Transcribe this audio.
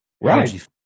Right